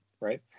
right